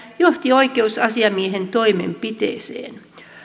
johti oikeusasiamiehen toimenpiteeseen